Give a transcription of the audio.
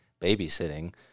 babysitting